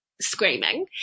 Screaming